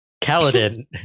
Kaladin